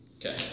Okay